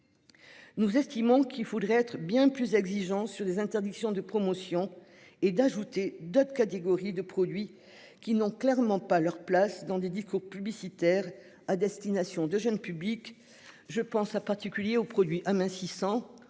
Nous estimons qu'il faudrait être bien plus exigeants sur des interdictions de promotion et d'ajouter d'autres catégories de produits qui n'ont clairement pas leur place dans des discours publicitaires à destination de jeunes publics je pense à particulier aux produits amincissants